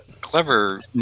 Clever